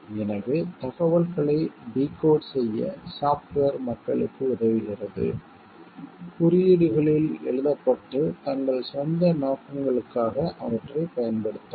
எனவே தகவல்களை டிகோட் செய்ய சாப்ட்வேர் மக்களுக்கு உதவுகிறது குறியீடுகளில் எழுதப்பட்டு தங்கள் சொந்த நோக்கங்களுக்காக அவற்றைப் பயன்படுத்தவும்